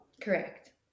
Correct